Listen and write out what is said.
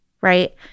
right